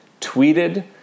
tweeted